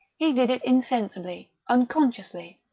he did it insensibly, unconsciously,